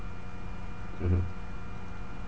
mmhmm